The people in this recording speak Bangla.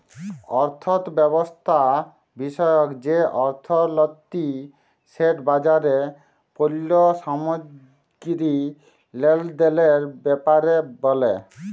অথ্থব্যবস্থা বিষয়ক যে অথ্থলিতি সেট বাজারে পল্য সামগ্গিরি লেলদেলের ব্যাপারে ব্যলে